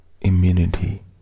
immunity